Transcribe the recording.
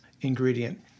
ingredient